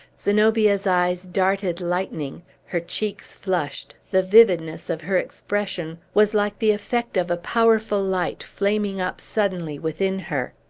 zenobia's eyes darted lightning, her cheeks flushed, the vividness of her expression was like the effect of a powerful light flaming up suddenly within her.